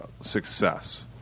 success